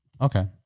Okay